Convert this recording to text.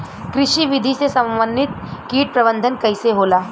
कृषि विधि से समन्वित कीट प्रबंधन कइसे होला?